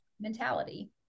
mentality